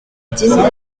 digne